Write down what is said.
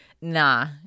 Nah